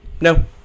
no